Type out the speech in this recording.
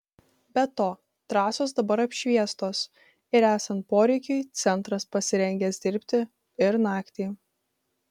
be to trasos dabar apšviestos ir esant poreikiui centras pasirengęs dirbti ir naktį